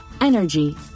Energy